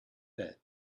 bed